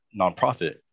nonprofit